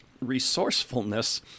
resourcefulness